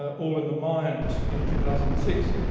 ah all in the mind in two thousand and six,